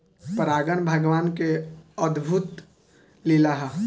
परागन भगवान के अद्भुत लीला होला